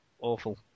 Awful